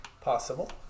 Possible